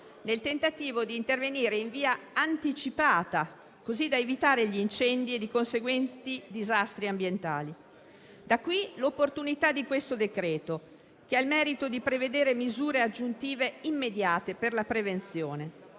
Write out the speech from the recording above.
nel tentativo di intervenire in via anticipata, così da evitare gli incendi e i conseguenti disastri ambientali. Da qui, l'opportunità del provvedimento in esame, che ha il merito di prevedere misure aggiuntive immediate per la prevenzione,